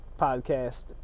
podcast